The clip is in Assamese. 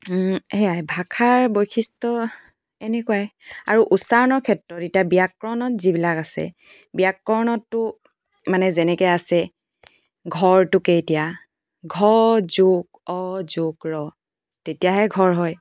সেয়াই ভাষাৰ বৈশিষ্ট্য় এনেকুৱাই আৰু উচ্চাৰণৰ ক্ষেত্ৰত এতিয়া ব্যাকৰণত যিবিলাক আছে ব্যাকৰণততো মানে যেনেকৈ আছে ঘৰটোকে এতিয়া ঘ যোগ অ যোগ ৰ তেতিয়াহে ঘৰ হয়